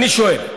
אני שואל: